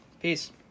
Peace